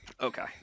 Okay